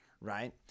Right